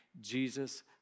Jesus